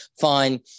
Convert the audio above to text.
fine